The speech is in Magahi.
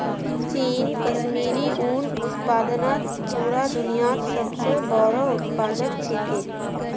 चीन कश्मीरी उन उत्पादनत पूरा दुन्यात सब स बोरो उत्पादक छिके